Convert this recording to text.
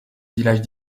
villages